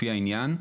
לפי העניין,